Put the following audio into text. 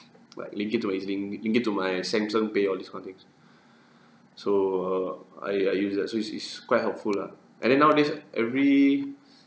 like link it to my E_Z link link it to my samsung pay all these kind of things so err I I use that so it's is quite helpful lah and then nowadays every